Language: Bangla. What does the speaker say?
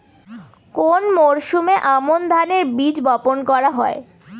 কোন মরশুমে আমন ধানের বীজ বপন করা হয়?